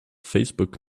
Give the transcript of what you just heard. facebook